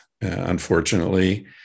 unfortunately